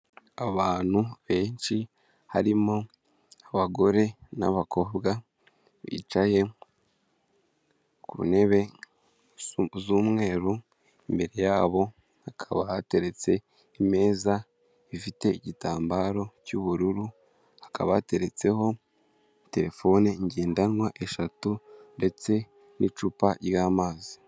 Abantu benshi harimo abagore n'abakobwa bicaye ku ntebe z'umweru imbere yabo hakaba hateretse imeza ifite igitambaro cy'ubururu hakabateretseho terefone ngendanwa eshatu ndetse n'icupa ry'amazi.